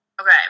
Okay